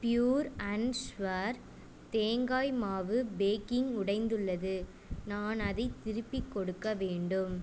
pure and sure தேங்காய் மாவு packing உடைந்துள்ளது நான் அதைத் திருப்பிக் கொடுக்க வேண்டும்